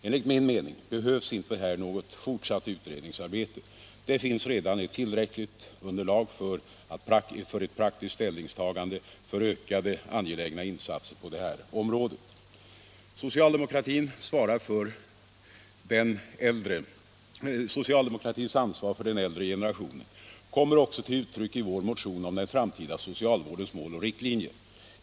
Enligt min mening behövs inte här något fortsatt utredningsarbete. Det finns redan ett tillräckligt underlag för ett praktiskt ställningstagande för ökade angelägna insatser på det här området. Socialdemokratins ansvar för den äldre generationen kommer också till uttryck i vår motion om den framtida socialvårdens mål och riktlinjer.